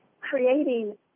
creating